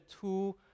two